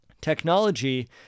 Technology